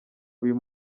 uyu